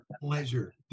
pleasure